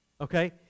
okay